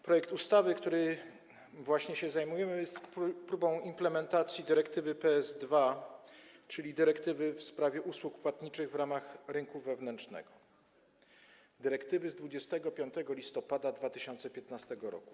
Projekt ustawy, którym właśnie się zajmujemy, jest próbą implementacji dyrektywy PSD 2, czyli dyrektywy w sprawie usług płatniczych w ramach rynku wewnętrznego z 25 listopada 2015 r.